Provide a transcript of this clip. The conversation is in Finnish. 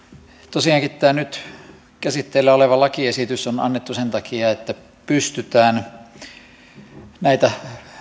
tosiaankin tämä nyt käsitteillä oleva lakiesitys on on annettu sen takia että pystytään näitä